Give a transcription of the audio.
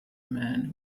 man